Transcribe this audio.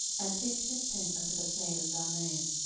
and pitched his tent unto the plain of zaanaim,